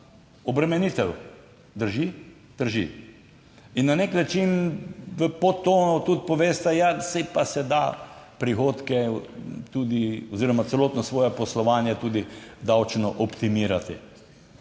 obremenitev. Drži? Drži. In na nek način v podtonu tudi poveste, ja, saj pa se da prihodke tudi oziroma celotno svoje poslovanje tudi davčno optimirati.